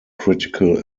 critical